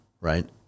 right